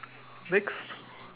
next